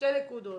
שתי נקודות,